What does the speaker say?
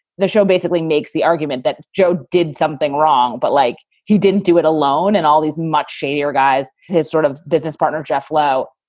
the show basically makes the argument that joe did something wrong, but like he didn't do it alone. and all these much shadier guys, his sort of business partner, jeff liow,